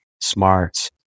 smart